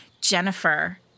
Jennifer